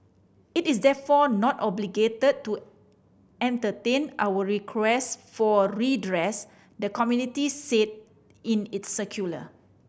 it is therefore not obligated to entertain our requests for redress the committee said in its circular